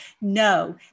No